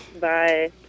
bye